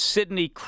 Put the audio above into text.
Sydney